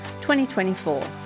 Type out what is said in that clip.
2024